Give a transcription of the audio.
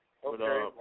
Okay